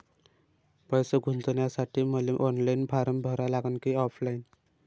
पैसे गुंतन्यासाठी मले ऑनलाईन फारम भरा लागन की ऑफलाईन?